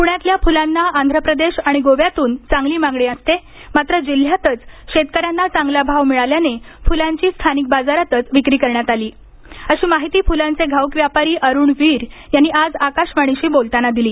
पुण्यातल्या फुलांना आंध्र प्रदेश आणि गोव्यातून चांगली मागणी असते मात्र जिल्ह्यातच शेतकऱ्यांना चांगला भाव मिळाल्याने फुलांची स्थानिक बाजारातच विक्री करण्यात आली अशी माहिती फुलांचे घाऊक व्यापारी अरुण वीर यांनी आज आकाशवाणीशी बोलताना दिली